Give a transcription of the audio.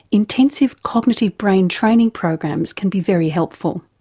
intensive cognitive brain training programs can be very helpful.